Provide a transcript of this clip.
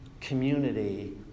community